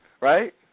Right